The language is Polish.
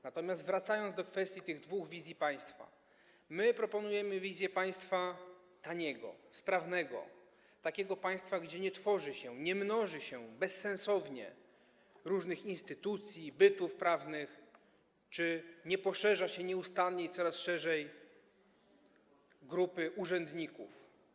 Natomiast wracając do kwestii tych dwóch wizji państwa, my proponujemy wizję państwa taniego, sprawnego, takiego państwa, w którym nie tworzy się, nie mnoży się bezsensownie różnych instytucji, bytów prawnych czy nie poszerza się nieustannie i coraz szerzej grupy urzędników.